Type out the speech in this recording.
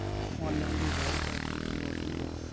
অনলাইনে ব্যবসার কি কি অসুবিধা?